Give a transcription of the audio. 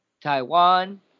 Taiwan